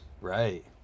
Right